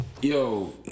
yo